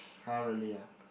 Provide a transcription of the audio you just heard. !huh! really ah